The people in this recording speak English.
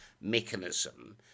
mechanism